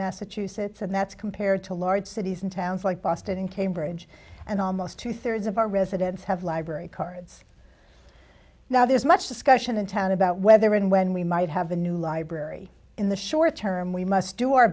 massachusetts and that's compared to large cities and towns like boston and cambridge and almost two thirds of our residents have library cards now there is much discussion in town about whether and when we might have a new library in the short term we must do our